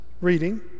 reading